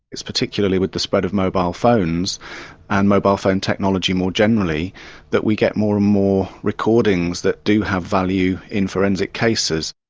it's particularly with the spread of mobile phones and mobile phone technology more generally that we get more and more recordings that do have value in forensic cases.